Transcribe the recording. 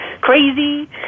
crazy